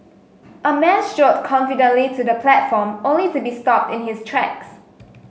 a man strode confidently to the platform only to be stopped in his tracks